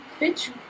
bitch